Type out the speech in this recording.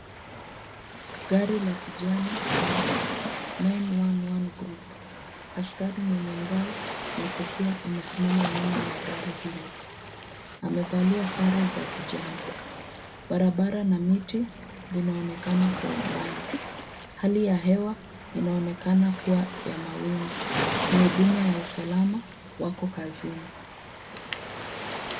Gari la kijani la 911 group . Askari mwneye ngao na kofia amesimama nyuma ya gari hilo. amevalia sare za kijani. Barabara na miti vinaonekana kwa umbali. Hali ya hewa inaonekana kuwa ya mawingu. Ni huduma ya usalama. Wako kazini.